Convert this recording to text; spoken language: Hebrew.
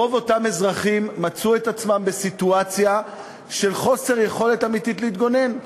רוב אותם אזרחים מצאו את עצמם בסיטואציה של חוסר יכולת אמיתית להתגונן.